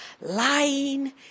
lying